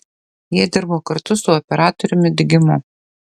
jie dirbo kartu su operatoriumi digimu